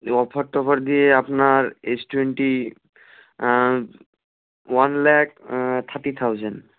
offer টফার দিয়ে আপনার এস twenty one lakh thirty thousand